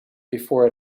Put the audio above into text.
before